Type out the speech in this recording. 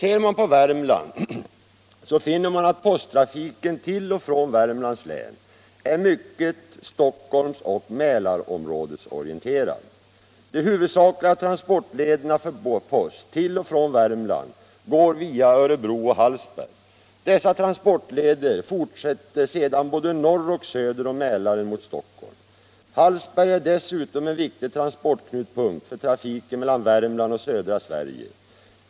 Ser man på Värmland så finner man att posttrafiken till och från Värmlands län är mycket Stockholms och Mälarområdesorienterad. De huvudsakliga transportlederna för post till och från Värmland går via Örebro och Hallsberg. Dessa transportleder fortsätter sedan både norr och söder om Mälaren mot Stockholm. Hallsberg är dessutom en viktig transportknutpunkt för trafiken mellan Värmland och södra Sverige.